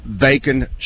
bacon